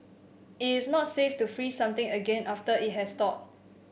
it is not safe to freeze something again after it has thawed